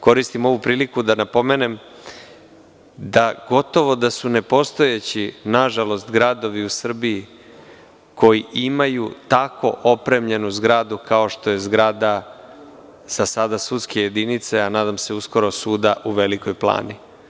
Koristim ovu priliku da napomenem da gotovo da su nepostojeći nažalost gradovi u Srbiji koji imaju tako opremljenu zgradu kao što je zgrada sa sada sudske jedinice, a nadam se uskoro suda u Velikoj Plani.